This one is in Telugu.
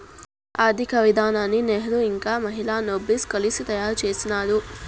ఆర్థిక విధానాన్ని నెహ్రూ ఇంకా మహాలనోబిస్ కలిసి తయారు చేసినారు